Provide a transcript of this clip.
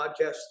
podcast